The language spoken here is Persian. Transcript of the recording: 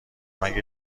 اگه